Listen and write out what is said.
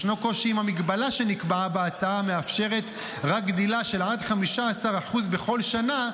ישנו קושי עם המגבלה שנקבעה בהצעה המאפשרת רק גדילה של עד 15% בכל שנה,